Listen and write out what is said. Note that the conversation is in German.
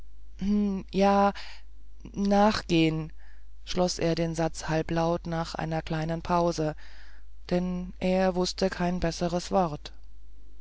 ja nachgehen schloß er den satz halblaut nach einer kleinen pause denn er wußte kein besseres wort